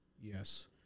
yes